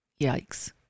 Yikes